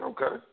Okay